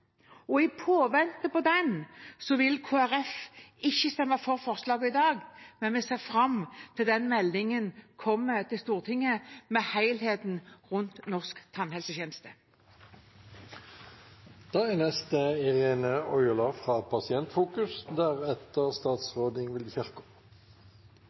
I påvente av den vil Kristelig Folkeparti ikke stemme for forslagene i dag, men vi ser fram til at den meldingen kommer til Stortinget, med helheten rundt norsk tannhelsetjeneste. Det er